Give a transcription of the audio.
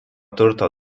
turto